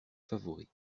favoris